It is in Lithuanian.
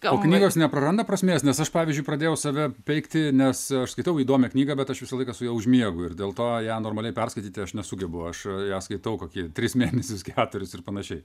o knygos nepraranda prasmės nes aš pavyzdžiui pradėjau save peikti nes aš skaitau įdomią knygą bet aš visą laiką su ja užmiegu ir dėl to ją normaliai perskaityti aš nesugebu aš ją skaitau kokį tris mėnesius keturis ir panašiai